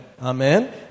Amen